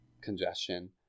congestion